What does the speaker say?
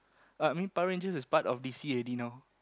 I mean Power-Rangers is part of d_c already know